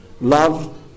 love